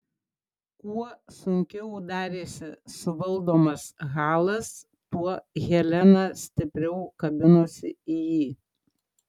kuo sunkiau darėsi suvaldomas halas tuo helena stipriau kabinosi į jį